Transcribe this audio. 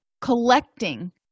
collecting